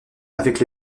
avec